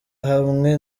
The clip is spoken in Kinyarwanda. hamwe